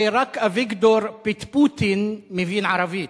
הרי רק אביגדור פטפוטין מבין ערבית.